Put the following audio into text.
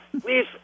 Please